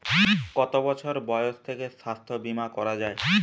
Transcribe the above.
কত বছর বয়স থেকে স্বাস্থ্যবীমা করা য়ায়?